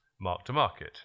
mark-to-market